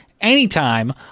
anytime